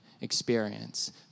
experience